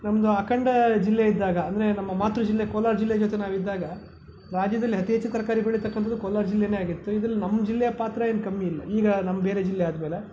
ನಮ್ಮದು ಅಖಂಡ ಜಿಲ್ಲೆ ಇದ್ದಾಗ ಅಂದರೆ ಅಂದರೆ ನಮ್ಮ ಮಾತ್ರ ಜಿಲ್ಲೆ ಕೋಲಾರ ಜಿಲ್ಲೆ ಜೊತೆ ನಾವು ಇದ್ದಾಗ ರಾಜ್ಯದಲ್ಲಿ ಅತಿ ಹೆಚ್ಚು ತರಕಾರಿ ಬೆಳೀತಕ್ಕಂಥದ್ದು ಕೋಲಾರ ಜಿಲ್ಲೆಯೇ ಆಗಿತ್ತು ಇದರಲ್ಲಿ ನಮ್ಮ ಜಿಲ್ಲೆಯ ಪಾತ್ರ ಏನು ಕಮ್ಮಿ ಇಲ್ಲ ಈಗ ನಮ್ಮ ಬೇರೆ ಜಿಲ್ಲೆ ಆದಮೇಲೆ